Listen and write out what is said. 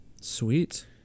Sweet